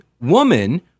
woman